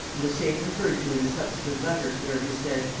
and the same referred to in a subsequent letter, where it is said,